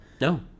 No